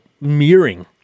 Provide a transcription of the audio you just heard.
mirroring